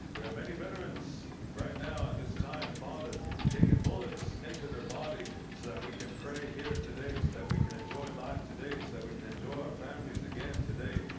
there are many veterans right now at this time father taken bullets into their body. so that we can pray here today that we can enjoy life today so that we can enjoy our families again today.